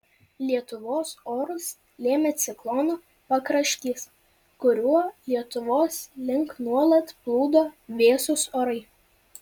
lietuvos orus lėmė ciklono pakraštys kuriuo lietuvos link nuolat plūdo vėsūs orai